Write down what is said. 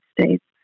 States